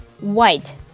white